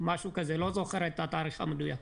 משהו כזה, לא זוכר את התאריך המדויק.